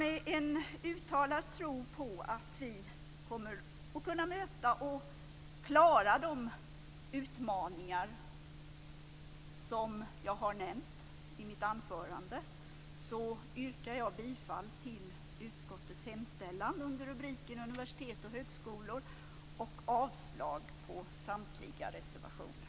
I en uttalad tro på att vi kommer att kunna möta och klara de utmaningar som jag har nämnt i mitt anförande yrkar jag bifall till utskottets hemställan under rubriken universitet och högskolor och avslag på samtliga reservationer.